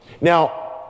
Now